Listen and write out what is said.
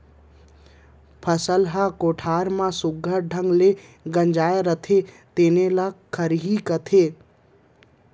फसल ह कोठार म सुग्घर ढंग ले गंजाय रथे तेने ल खरही कथें